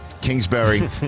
Kingsbury